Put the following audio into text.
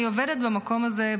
אני עובדת במקום הזה,